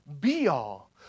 be-all